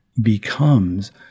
becomes